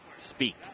Speak